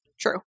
True